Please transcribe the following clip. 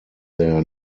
their